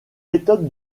méthode